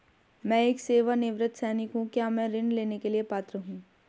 मैं एक सेवानिवृत्त सैनिक हूँ क्या मैं ऋण लेने के लिए पात्र हूँ?